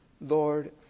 Lord